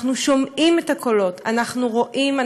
אנחנו שומעים את הקולות, אנחנו רואים.